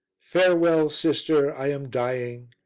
farewell, sister, i am dying,